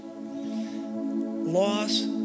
Loss